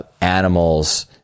animals